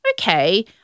okay